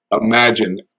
imagine